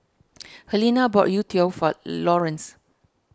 Harlene bought Youtiao for Lawrence